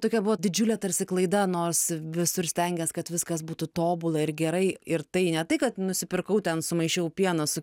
tokia buvo didžiulė tarsi klaida nors visur stengies kad viskas būtų tobula ir gerai ir tai ne tai kad nusipirkau ten sumaišiau pieną su